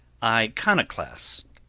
iconoclast,